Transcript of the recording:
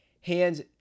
hands